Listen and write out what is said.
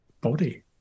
body